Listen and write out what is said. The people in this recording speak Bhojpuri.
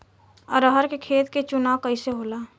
अरहर के खेत के चुनाव कइसे होला?